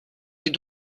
est